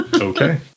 Okay